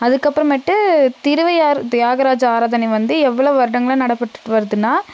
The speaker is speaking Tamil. அதுக்கு அப்புறமேட்டு திருவையாறு தியாகராஜ ஆராதனை வந்து எவ்வளோ வருடங்களாக நடைபெற்றுகிட்டு வருதுன்னால்